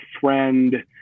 friend